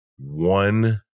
one